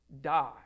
die